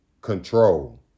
control